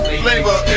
flavor